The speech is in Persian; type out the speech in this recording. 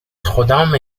خدامه